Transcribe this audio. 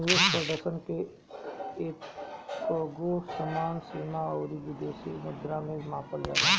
निवेश प्रदर्शन के एकगो समय सीमा अउरी विशिष्ट मुद्रा में मापल जाला